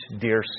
dear